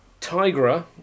Tigra